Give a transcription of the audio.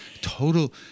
total